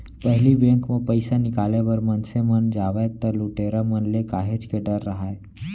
पहिली बेंक म पइसा निकाले बर मनसे मन जावय त लुटेरा मन ले काहेच के डर राहय